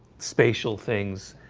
spatial things